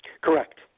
Correct